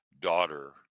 daughter